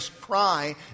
cry